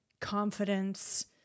confidence